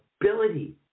ability